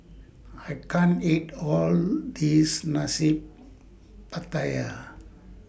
I can't eat All This Nasi Pattaya